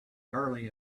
early